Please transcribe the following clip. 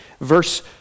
Verse